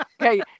Okay